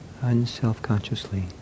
unself-consciously